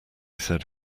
said